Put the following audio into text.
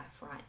right